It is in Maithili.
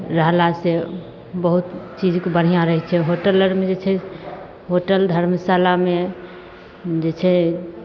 रहलासँ बहुत चीजके बढ़िआँ रहय छै होटल आरमे जे छै होटल धर्मशालामे जे छै